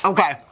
Okay